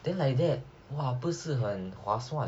then like that !wah! 不是很划算